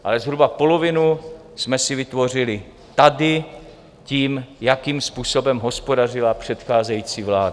Ale zhruba polovinu jsme si vytvořili tady tím, jakým způsobem hospodařila předcházející vláda.